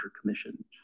commission